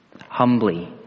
humbly